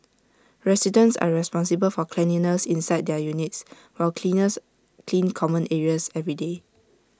residents are responsible for cleanliness inside their units while cleaners clean common areas every day